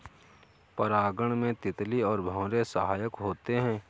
परागण में तितली और भौरे सहायक होते है